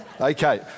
Okay